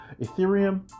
Ethereum